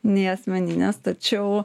nei asmeninės tačiau